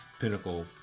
pinnacle